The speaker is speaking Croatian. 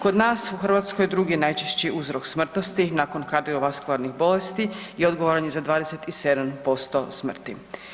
Kod nas u Hrvatskoj drugi najčešći uzrok smrtnosti nakon kardiovaskularnih bolesti i odgovoran je za 27% smrti.